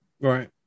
Right